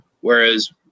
Whereas